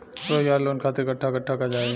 रोजगार लोन खातिर कट्ठा कट्ठा चाहीं?